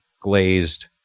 glazed